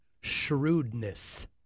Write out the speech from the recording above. shrewdness